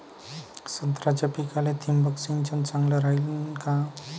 संत्र्याच्या पिकाले थिंबक सिंचन चांगलं रायीन का?